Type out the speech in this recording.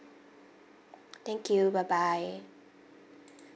thank you bye bye